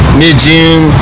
mid-June